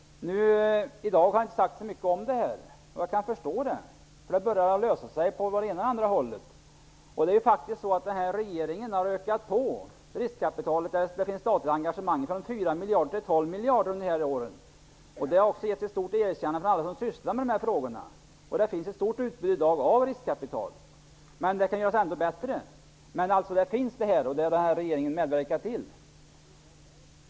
I dag har det inte sagts så mycket om den, och det kan jag förstå. Det börjar nämligen att lösa sig på både det ena och det andra hållet. Nuvarande regering har faktiskt ökat riskkapitalet. Det statliga engagemanget har ökat från 4 miljarder till 12 miljarder kronor under de senaste åren. Det förhållandet har getts ett stort erkännande från alla dem som sysslar med dessa frågor. Utbudet i dag av riskkapital är stort, men det kan göras ännu bättre. Men det riskkapital som i dag finns har denna regering medverkat till.